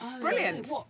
Brilliant